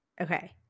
Okay